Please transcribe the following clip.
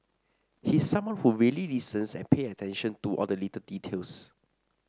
he's someone who really listens and pay attention to all the little details